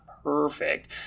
perfect